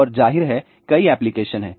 और ज़ाहिर है कई एप्लीकेशन हैं